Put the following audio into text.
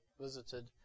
visited